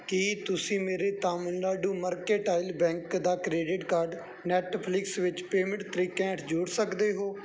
ਕੀ ਤੁਸੀਂਂ ਮੇਰੇ Tamilnadu mercantile bank ਦਾ ਕਰੇਡਿਟ ਕਾਰਡ ਨੈੱਟਫ਼ਲਿਕਸ ਵਿੱਚ ਪੇਮੈਂਟ ਤਰੀਕਿਆਂ ਹੇਠ ਜੋੜ ਸਕਦੇ ਹੋ